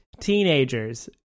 Teenagers